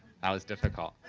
that was difficult.